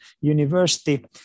university